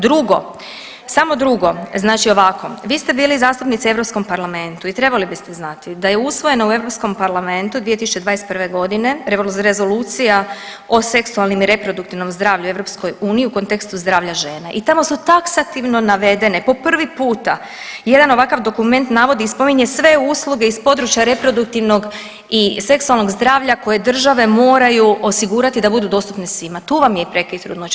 Drugo, samo drugo, znači ovako vi ste bili zastupnica u Europskom parlamentu i trebali biste znati da je usvojeno u Europskom parlamentu 2021.g. Rezolucija o seksualnim i reproduktivnom zdravlju u EU u kontekstu zdravlja žena i tamo su taksativno navedene po prvi puta jedan ovakav dokument navodi i spominje sve usluge iz područja reproduktivnog i seksualnog zdravlja koje države moraju osigurati da budu dostupne svima, tu vam je i prekid trudnoće.